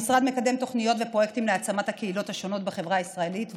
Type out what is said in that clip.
המשרד מקדם תוכניות ופרויקטים להעצמת הקהילות השונות בחברה הישראלית,